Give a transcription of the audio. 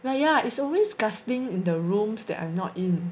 well yeah it's always gusting in the rooms that I'm not in